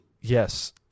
Yes